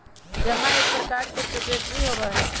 जमा एक प्रकार के सिक्योरिटी होबा हई